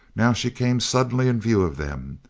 now she came suddenly in view of them,